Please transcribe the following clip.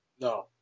No